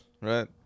right